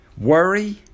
worry